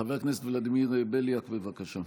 חבר הכנסת ולדימיר בליאק, בבקשה.